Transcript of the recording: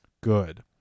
good